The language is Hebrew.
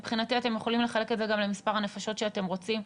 מבחינתי אתם יכולים לחלק את זה למספר הנפשות שאתם רוצים,